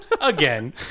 again